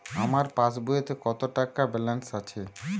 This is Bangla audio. আমার পাসবইতে কত টাকা ব্যালান্স আছে?